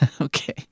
Okay